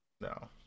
No